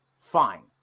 Fine